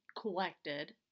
collected